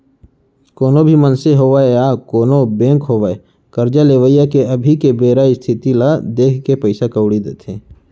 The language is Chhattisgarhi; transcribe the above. कोनो भी मनसे होवय या कोनों बेंक होवय करजा लेवइया के अभी के बेरा इस्थिति ल देखके पइसा कउड़ी देथे